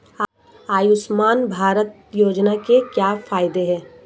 आयुष्मान भारत योजना के क्या फायदे हैं?